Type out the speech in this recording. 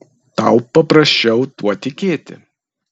tau paprasčiau tuo tikėti